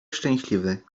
szczęśliwy